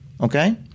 Okay